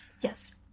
Yes